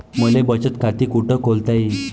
मले बचत खाते कुठ खोलता येईन?